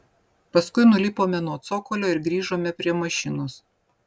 paskui nulipome nuo cokolio ir grįžome prie mašinos